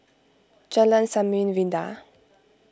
Jalan Samarinda